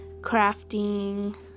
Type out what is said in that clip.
crafting